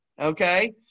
okay